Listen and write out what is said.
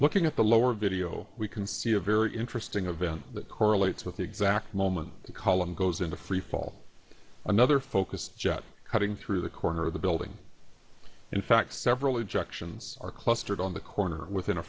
looking at the lower video we can see a very interesting event that correlates with the exact moment the column goes into freefall another focus jet cutting through the corner of the building in fact several objections are clustered on the corner within a